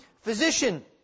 Physician